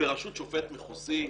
בראשות שופט מחוזי,